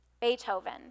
Beethoven